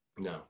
No